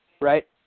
right